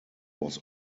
was